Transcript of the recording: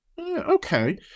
okay